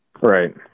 Right